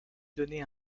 donner